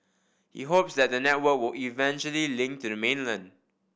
he hopes that the network will eventually link to the mainland